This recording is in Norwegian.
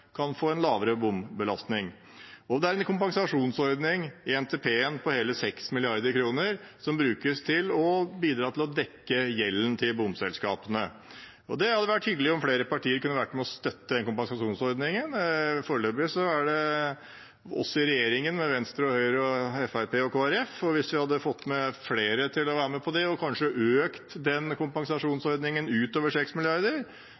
kan få en lavere bombelastning. Det er også en kompensasjonsordning i NTP-en på hele 6 mrd. kr, som brukes til å bidra til å dekke gjelden til bomselskapene. Det hadde vært hyggelig om flere partier kunne være med og støtte den kompensasjonsordningen – foreløpig er det oss i regjeringen, med Venstre, Høyre og Fremskrittspartiet, og også Kristelig Folkeparti. Hvis vi hadde fått flere til å være med på det og kanskje økt den